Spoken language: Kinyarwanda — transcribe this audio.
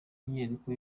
myiyereko